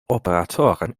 operatoren